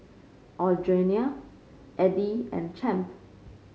Audriana Eddy and Champ